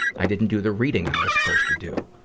i didn't do the reading i was supposed to do.